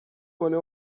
کنه